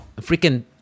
freaking